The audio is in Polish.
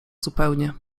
zupełnie